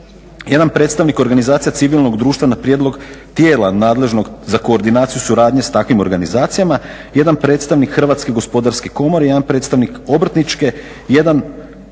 jedan predstavnik organizacija civilnog društva na prijedlog tijela nadležnog za koordinaciju suradnje sa takvim organizacijama, jedan predstavnik Hrvatske gospodarske komore, jedan predstavnik obrtničke, jedan